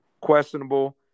questionable